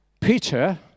Peter